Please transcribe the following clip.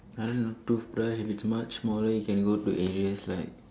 I don't know toothbrush if it's much smaller it could go to areas like